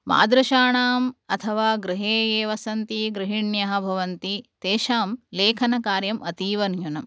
मादृशाणाम् अथवा गृहे ये वसन्ति गृहिण्यः भवन्ति तेषां लेखनकार्यम् अतीव न्यूनम्